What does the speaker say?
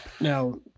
now